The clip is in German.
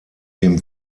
dem